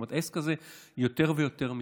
זאת אומרת, העסק הזה יותר ויותר מתפתח.